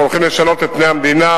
אנחנו הולכים לשנות את פני המדינה,